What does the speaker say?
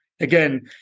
again